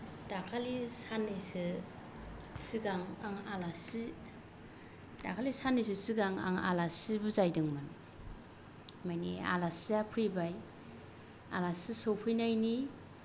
दाखालि साननैसो सिगां आं आलासि दाखालि सानैसो सिगां आं आलासि बुजायदोंमोन माने आलासिया फैबाय आलासि सफैनायनि